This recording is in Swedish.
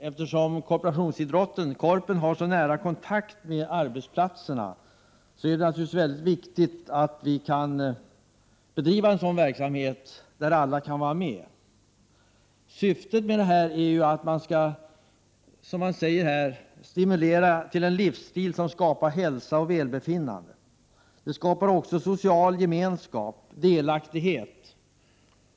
Eftersom Korpen har så nära kontakt med arbetsplatserna är det väldigt viktigt att vi kan bedriva en sådan här verksamhet, där alla kan vara med. Syftet är att man skall ”stimulera till en livsstil som befrämjar hälsa och välbefinnande”. Det skapas också delaktighet i den sociala gemenskapen.